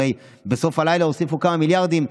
הרי בסוף הלילה הוסיפו כמה מיליארדים,